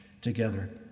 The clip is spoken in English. together